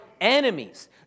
enemies